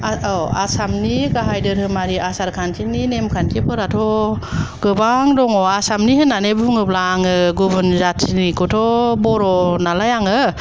ओ औ आसामनि गाहाइ धोरोमारि आसारखान्थिनि नेमखान्थिफोराथ' गोबां दङ आसामनि होननानै बुङोब्ला आङो गुबुन जाथिनिखौथ' बर' नालाय आङो